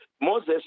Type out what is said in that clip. Moses